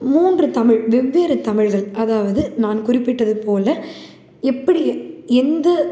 மூன்று தமிழ் வெவ்வேறு தமிழ்கள் அதாவது நான் குறிப்பிட்டது போல எப்படி எந்த